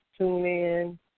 TuneIn